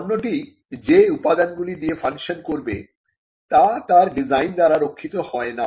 পণ্যটি যে উপাদান গুলি দিয়ে ফাংশন করবে তা তার ডিজাইন দ্বারা রক্ষিত হয় না